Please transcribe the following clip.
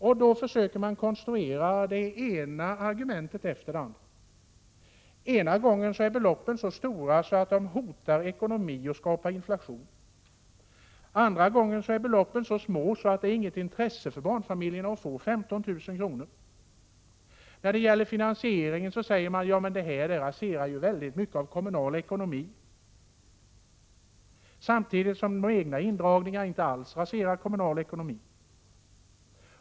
Man försöker att konstruera det ena argumentet efter det andra. Ena gången är beloppen så stora att de hotar ekonomin och skapar inflation. Andra gången är beloppen för små — det är inte av något intresse för barnfamiljerna att få 15 000 kr. Beträffande finansieringen säger man att förslaget raserar väldigt mycket av kommunal ekonomi, samtidigt som de egna indragningarna inte alls skall ha denna effekt.